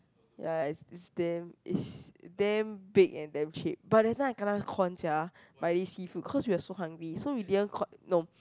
ya it's it's damn it's damn big and damn cheap but that time I kena con sia by this seafood cause we were so hungry so we didn't no